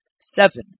Seven